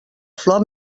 flor